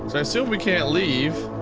i assume we can't leave.